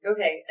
Okay